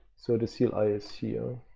so the cil is here.